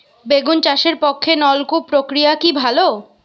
বেগুন চাষের পক্ষে নলকূপ প্রক্রিয়া কি ভালো?